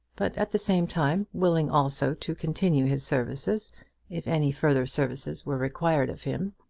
but at the same time, willing also to continue his services if any further services were required of him.